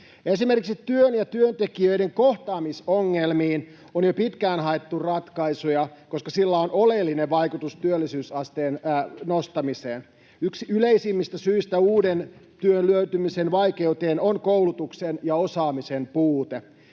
Esimerkiksi työn ja työntekijöiden kohtaamisongelmiin on jo pitkään haettu ratkaisuja, koska sillä on oleellinen vaikutus työllisyysasteen nostamiseen. Yksi yleisimmistä syistä uuden työn löytymisen vaikeuteen on koulutuksen ja osaamisen puute.